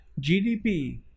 GDP